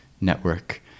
network